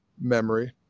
memory